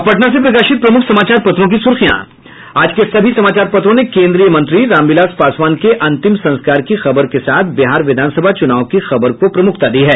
अब पटना से प्रकाशित प्रमुख समाचार पत्रों की सुर्खियां आज के सभी समाचार पत्रों ने केंद्रीय मंत्री रामविलास पासवान के अंतिम संस्कार की खबर के साथ बिहार विधानसभा चुनाव की खबर को प्रमुखता दी है